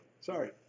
Sorry